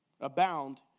abound